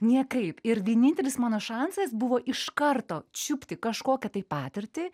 niekaip ir vienintelis mano šansas buvo iš karto čiupti kažkokią tai patirtį